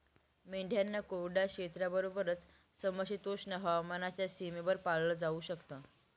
मेंढ्यांना कोरड्या क्षेत्राबरोबरच, समशीतोष्ण हवामानाच्या सीमेवर पाळलं जाऊ शकत